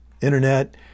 internet